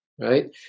right